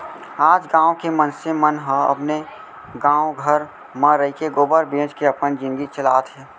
आज गॉँव के मनसे मन ह अपने गॉव घर म रइके गोबर बेंच के अपन जिनगी चलात हें